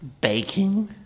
baking